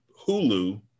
Hulu